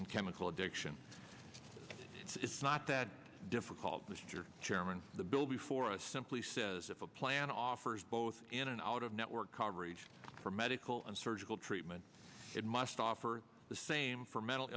and chemical addiction it's not that difficult mr chairman the bill before us simply says if a plan offers both in and out of network coverage for medical and surgical treatment it must offer the same for mental